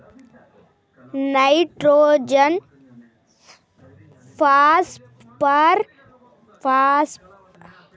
Nitrogen phosphorus potassium ఎంత మోతాదు లో వాడాలి?